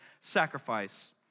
sacrifice